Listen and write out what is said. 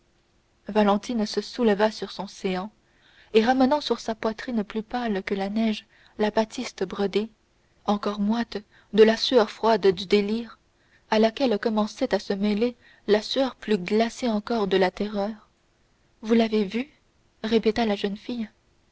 valentine se souleva sur son séant et ramenant sur sa poitrine plus pâle que la neige la batiste brodée encore moite de la sueur froide du délire à laquelle commençait à se mêler la sueur plus glacée encore de la terreur vous l'avez vue répéta la jeune fille